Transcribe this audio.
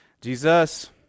Jesus